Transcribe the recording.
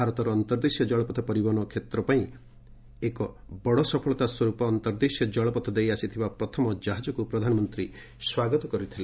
ଭାରତର ଅନ୍ତର୍ଦ୍ଦେଶୀୟ ଜଳପଥ ପରିବହନ କ୍ଷେତ୍ର ପାଇଁ ଏକ ବଡ଼ ସଫଳତା ସ୍ୱର୍ପ ଅନ୍ତର୍ଦ୍ଦେଶୀୟ ଜଳପଥ ଦେଇ ଆସିଥିବା ପ୍ରଥମ ଜାହାଜକୁ ପ୍ରଧାନମନ୍ତ୍ରୀ ସ୍ୱାଗତ କରିଥିଲେ